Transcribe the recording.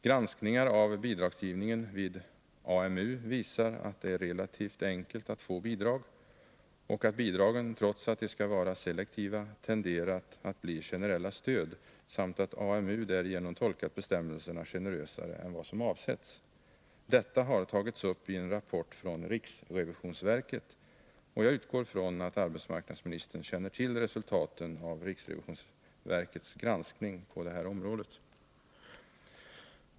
Granskningar av bidragsgivningen vid AMU visar att det är relativt enkelt att få bidrag, och att bidragen — trots att de skall vara selektiva — tenderat att bli generella stöd samt att AMU därigenom tolkat bestämmelserna generösare än som avsetts. Detta har tagits upp i en rapport från riksrevisionsverket, och jag utgår från att arbetsmarknadsministern känner till resultaten av riksrevisionsverkets granskning på området.